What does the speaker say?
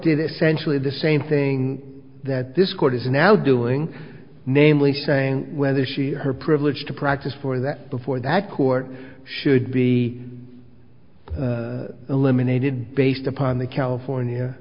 essentially the same thing that this court is now doing namely saying whether she her privilege to practice for that before that court should be eliminated based upon the california